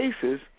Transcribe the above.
cases